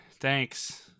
thanks